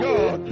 God